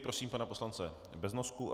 Prosím pana poslance Beznosku.